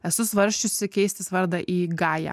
esu svarsčiusi keistis vardą į gają